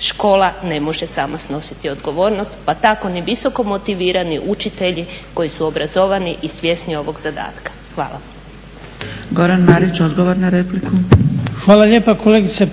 škola ne može sama snositi odgovornost pa tako ni visoko motivirani učitelji koji su obrazovani i svjesni ovog zadataka. Hvala. **Zgrebec, Dragica (SDP)** Goran Marić, odgovor na repliku. **Marić, Goran (HDZ)** Hvala lijepa kolegice.